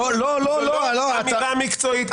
זה לא אמירה מקצועית.